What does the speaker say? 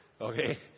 okay